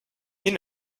you